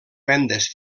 vendes